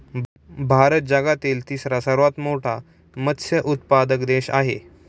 भारत जगातील तिसरा सर्वात मोठा मत्स्य उत्पादक देश आहे